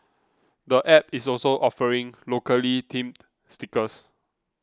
the app is also offering locally themed stickers